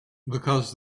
because